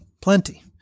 plenty